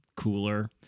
cooler